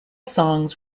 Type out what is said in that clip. songs